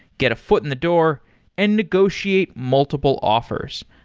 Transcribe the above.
get a foot in the door and negotiate multiple offers.